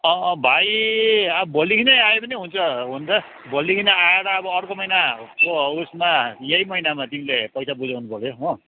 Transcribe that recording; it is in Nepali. भाइ भोलिदेखि नै आए पनि हुन्छ हुन त भोलिदेखिन् आएर अब अर्को महिनाको उसमा यही महिनामा तिमीले पैसा बुझाउनुपर्छ हो